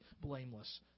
blameless